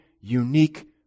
unique